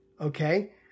okay